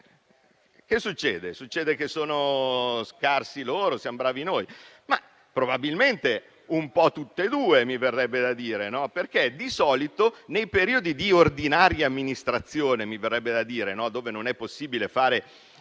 ci arriverà. Succede che sono scarsi loro o siamo bravi noi? Probabilmente un po' tutte e due, mi verrebbe da dire, perché di solito, nei periodi di ordinaria amministrazione, dove non è possibile fare